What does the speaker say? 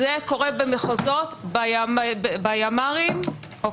זה קורה במחוזות בימ"רים, ביחידות מיוחדות.